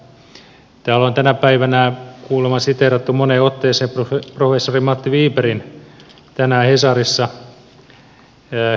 täällä on tänä päivänä kuulemma siteerattu moneen otteeseen professori matti wibergin tänään hesarissa kirjoittamaa artikkelia